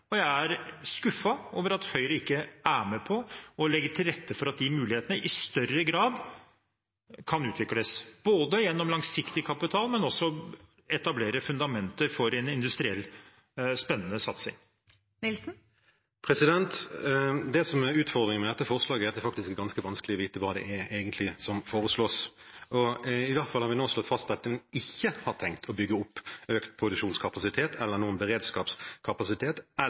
og jeg er skuffet over at Høyre ikke er med på å legge til rette for at de mulighetene i større grad kan utvikles, både gjennom langsiktig kapital og gjennom å etablere fundamenter for en spennende industriell satsing. Det som er utfordringen med dette forslaget, er at det faktisk er ganske vanskelig å vite hva det egentlig er som foreslås. I hvert fall har vi nå slått fast at en ikke har tenkt å bygge opp økt produksjonskapasitet eller noen beredskapskapasitet